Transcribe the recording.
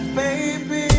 baby